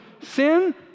sin